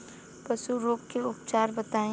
पशु रोग के उपचार बताई?